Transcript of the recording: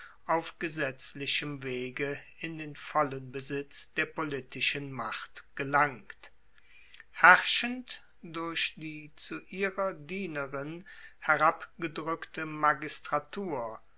auf gesetzlichem wege in den vollen besitz der politischen macht gelangt herrschend durch die zu ihrer dienerin herabgedrueckte magistratur